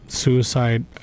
suicide